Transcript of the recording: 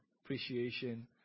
appreciation